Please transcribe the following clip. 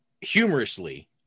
humorously